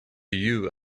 you